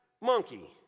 monkey